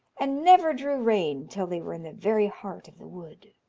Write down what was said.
and never drew rein till they were in the very heart of the wood.